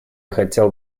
хотел